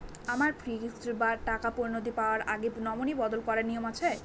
আমার ফিক্সড টাকা পরিনতি পাওয়ার আগে নমিনি বদল করার নিয়ম আছে?